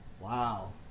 Wow